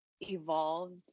evolved